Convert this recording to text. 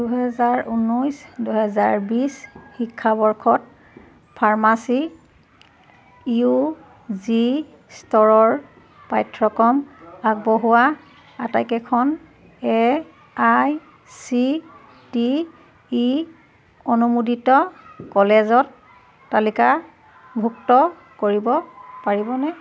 দুহেজাৰ ঊনৈছ দুহেজাৰ বিছ শিক্ষাবৰ্ষত ফাৰ্মাচী ইউ জি স্তৰৰ পাঠ্যক্ৰম আগবঢ়োৱা আটাইকেইখন A I C T E অনুমোদিত কলেজত তালিকাভুক্ত কৰিব পাৰিবনে